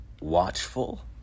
watchful